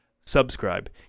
Subscribe